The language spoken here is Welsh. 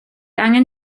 angen